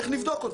איך נבדוק אותו?